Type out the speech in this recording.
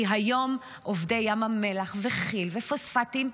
כי היום עובדי ים המלח וכיל ופוספטים,